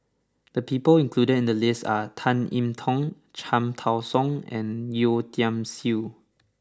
the people included in the list are Tan I Tong Cham Tao Soon and Yeo Tiam Siew